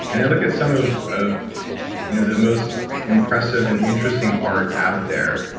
and i look at some of of you know the most impressive and interesting art out there,